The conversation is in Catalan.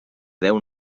deu